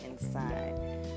inside